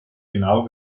genau